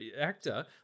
actor